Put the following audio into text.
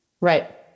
Right